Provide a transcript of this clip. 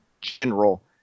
general